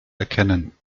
erkennen